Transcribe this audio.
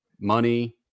money